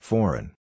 Foreign